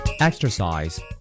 Exercise